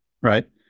right